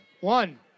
One